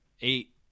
eight